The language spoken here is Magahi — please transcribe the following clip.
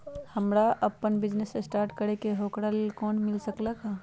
हमरा अपन बिजनेस स्टार्ट करे के है ओकरा लेल लोन मिल सकलक ह?